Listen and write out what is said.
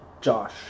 Josh